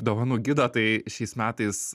dovanų gido tai šiais metais